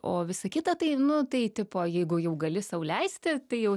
o visa kita tai nu tai tipo jeigu jau gali sau leisti tai jau